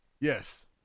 Yes